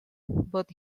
but